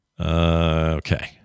Okay